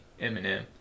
Eminem